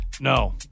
No